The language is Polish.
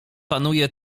panuje